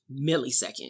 millisecond